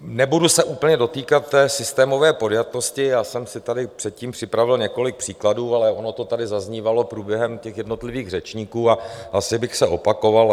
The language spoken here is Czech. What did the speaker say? Nebudu se úplně dotýkat té systémové podjatosti, já jsem si tady předtím připravil několik příkladů, ale ono to tady zaznívalo průběhem těch jednotlivých řečníků a asi bych se opakoval.